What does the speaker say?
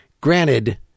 granted